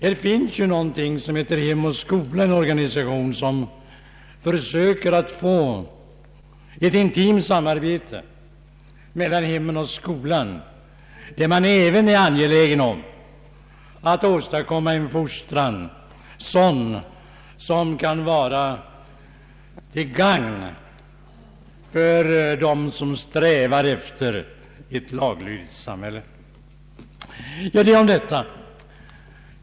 Det finns ju en organisation som heter Hem och skola, som försöker att få till stånd ett intimt samarbete mellan hemmen och skolan och som är angelägen om att åstadkomma en fostran som kan vara till gagn för dem som strävar efter ett laglydigt samhälle. Detta om detta.